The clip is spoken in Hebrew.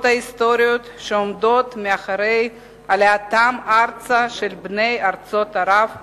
ההיסטוריות שעומדות מאחורי עלייתם ארצה של בני ארצות ערב ואירן.